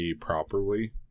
properly